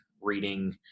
reading